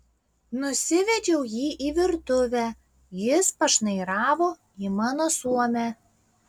nusivedžiau jį į virtuvę jis pašnairavo į mano suomę